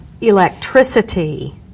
electricity